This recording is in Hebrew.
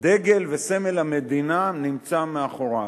שדגל וסמל המדינה נמצא מאחוריו.